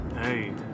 hey